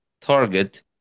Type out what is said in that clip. target